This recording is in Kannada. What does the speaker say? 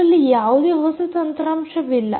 ಅದರಲ್ಲಿ ಯಾವುದೇ ಹೊಸ ಯಂತ್ರಾಂಶವಿಲ್ಲ